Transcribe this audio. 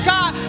God